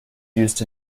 used